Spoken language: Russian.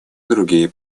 другие